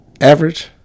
Average